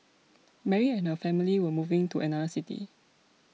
Mary and her family were moving to another city